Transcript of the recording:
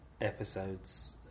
Episodes